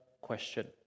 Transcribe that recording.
question